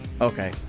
Okay